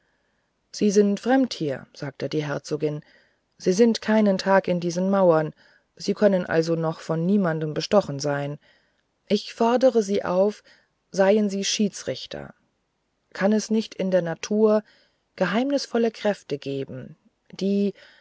sie sind fremd hier sagte die herzogin sie sind keinen tag in diesen mauern sie können also noch von niemand bestochen sein ich fordere sie auf seien sie schiedsrichter kann es nicht in der natur geheimnisvolle kräfte geben die